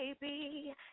baby